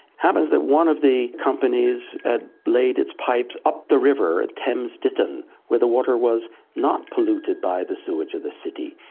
happened that one of the companies had laid its pipes up the river at thames ditton where the water was not polluted by the sewage of the city,